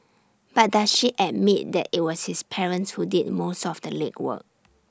but does she admit that IT was his parents who did most of the legwork